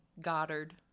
Goddard